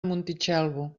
montitxelvo